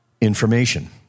information